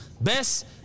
best